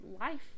life